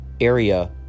area